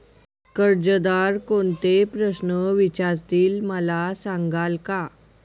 कर्जदार कोणते प्रश्न विचारतील, मला सांगाल का?